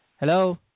Hello